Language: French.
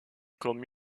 comme